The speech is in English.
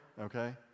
okay